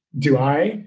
do i.